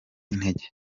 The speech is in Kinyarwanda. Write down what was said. intege